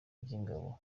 ry’ingabo